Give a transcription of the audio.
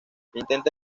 intenta